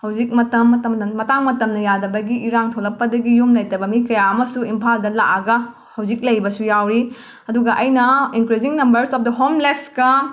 ꯍꯧꯖꯤꯛ ꯃꯇꯝꯗ ꯃꯇꯥꯡ ꯃꯇꯝꯅ ꯌꯥꯗꯕꯒꯤ ꯏꯔꯥꯡ ꯊꯣꯂꯛꯄꯒꯤ ꯌꯨꯝ ꯂꯩꯇꯕ ꯃꯤ ꯀꯌꯥ ꯑꯃꯁꯨ ꯏꯝꯐꯥꯜꯗ ꯂꯥꯛꯂꯒ ꯍꯧꯖꯤꯛ ꯂꯩꯕꯁꯨ ꯌꯥꯎꯔꯤ ꯑꯗꯨꯒ ꯑꯩꯅ ꯏꯟꯀ꯭ꯔꯤꯖꯤꯡ ꯅꯝꯕꯔꯁ ꯑꯣꯞ ꯗ ꯍꯣꯝꯂꯦꯁꯀꯥ